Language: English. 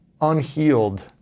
unhealed